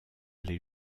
les